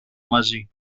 μαζί